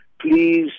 please